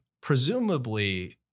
presumably